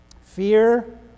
Fear